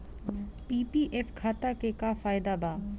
PPF खाता के का फायदा बा?